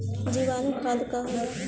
जीवाणु खाद का होला?